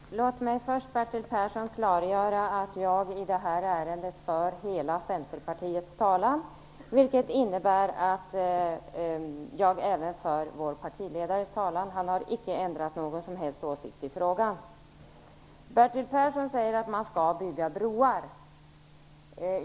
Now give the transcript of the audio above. Herr talman! Låt mig först klargöra för Bertil Persson att jag i det här ärendet för hela Centerpartiets talan. Det innebär att jag även för vår partiledares talan. Han har icke ändrat åsikt i frågan. Bertil Persson säger att man skall bygga broar.